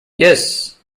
yes